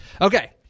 Okay